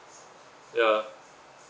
ya